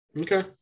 Okay